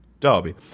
derby